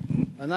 והפנה